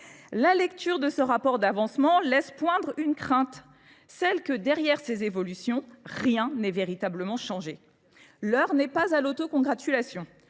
la lecture de ce rapport d'avancement laisse poindre une crainte, celle que derrière ces évolutions rien n'est véritablement changé. L'heure n'est pas à l'autocongratulation.